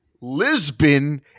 Lisbon